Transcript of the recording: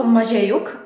Maziejuk